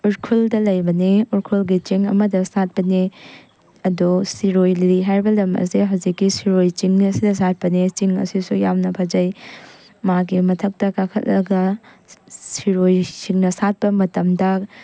ꯎꯔꯈꯨꯜꯗ ꯂꯩꯕꯅꯦ ꯎꯔꯈꯨꯜꯒꯤ ꯆꯤꯡ ꯃꯗ ꯁꯥꯟꯕꯅꯦ ꯑꯗꯣ ꯁꯤꯔꯣꯏ ꯂꯤꯂꯤ ꯍꯥꯏꯔꯤꯕ ꯂꯝ ꯑꯁꯦ ꯍꯧꯖꯤꯛꯀꯤ ꯁꯤꯔꯣꯏ ꯆꯤꯡ ꯑꯁꯤꯗ ꯁꯥꯠꯄꯅꯦ ꯆꯤꯉ ꯑꯁꯤꯁꯨ ꯌꯥꯝꯅ ꯐꯖꯩ ꯃꯥꯒꯤ ꯃꯊꯛꯇ ꯀꯥꯈꯜꯂꯒ ꯁꯤꯔꯣꯏꯁꯤꯡꯅ ꯁꯥꯠꯄ ꯃꯇꯝꯗ